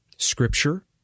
Scripture